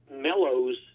mellows